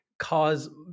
Cause